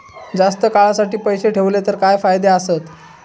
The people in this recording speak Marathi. जास्त काळासाठी पैसे ठेवले तर काय फायदे आसत?